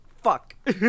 Fuck